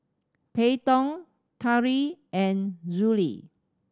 Peyton Tari and Zollie